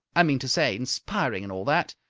i mean to say, inspiring and all that.